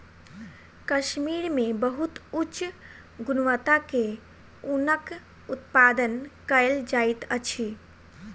कश्मीर मे बहुत उच्च गुणवत्ता के ऊनक उत्पादन कयल जाइत अछि